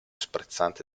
sprezzante